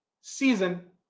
season